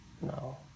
no